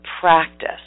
practice